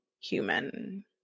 human